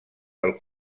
del